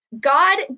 God